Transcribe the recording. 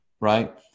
right